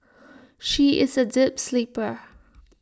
she is A deep sleeper